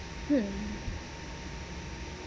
hmm